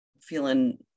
feeling